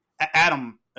Adam